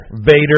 Vader